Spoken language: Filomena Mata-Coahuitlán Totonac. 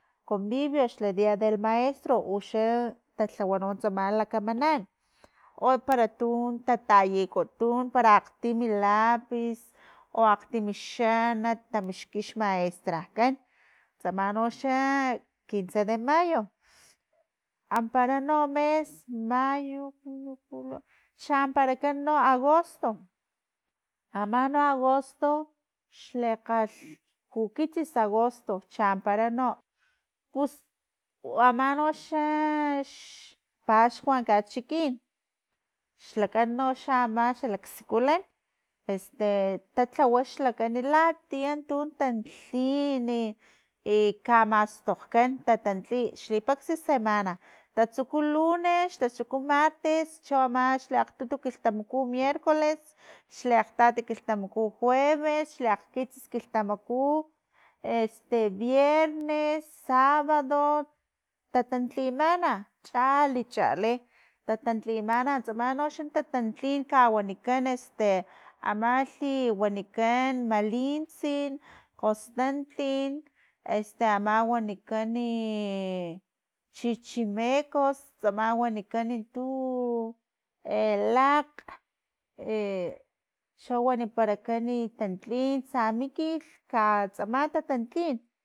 Comvivio del dia del maestro uxa talhawan noxa tsama lakamanan o para tun tatayikutun para akgtimi lapis, o akgtimi xanat tamixki xmaestrakan tsama noxa quice de mayo ampara no mes mayo, junio, julio chanparakan no agosto, ama no agosto xlakgalhkukitsis agosto champara no pus ama no xa xpaxkua kachikin xlakan noxa ama xalaksikulan tatlawa xlakan latia tun tantlin i- i kamastokgkan tatantli xlipaxa semana tatsuku lunes, tatsuku martes, cho ama xli akgtutu kilhtamaku miercoles, xle akgtati kilhtamaku jueves, xli akgkitsis kilhtamaku viernes, sabado tatantlimana chachi chali tatantlimana tsama noxa tantlin kawanikan amalhi wanikan malintsi kgosnuntlin ama wanikani chichimecos ama wanikan lakg e cho waniparakan e tantlin samikilh ka tsama tatantlin